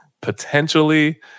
potentially